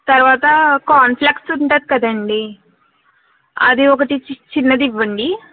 తర్వాత కాన్ ఫ్లెక్స్ ఉంటుంది కదండి అది ఒకటి చి చిన్నదివ్వండి